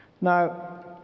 Now